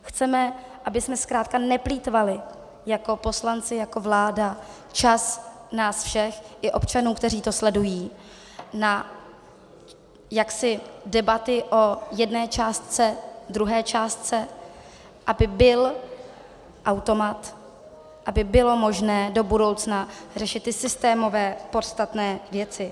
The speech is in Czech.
Chceme, abychom zkrátka neplýtvali jako poslanci, jako vláda čas nás všech i občanů, kteří to sledují, na debaty o jedné částce, druhé částce, aby byl automat, aby bylo možné do budoucna řešit ty systémové podstatné věci.